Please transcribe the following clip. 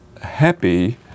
happy